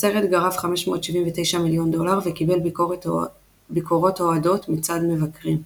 הסרט גרף 579 מיליון דולר וקבל ביקורות אוהדות מצד מבקרים.